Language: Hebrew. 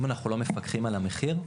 אם אנחנו לא מפקחים על המחיר,